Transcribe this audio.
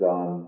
on